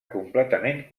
completament